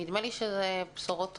נדמה לי שזה בשורות טובות.